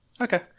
okay